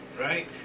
Right